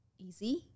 Easy